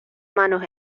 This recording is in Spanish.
manos